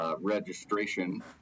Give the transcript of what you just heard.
Registration